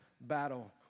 battle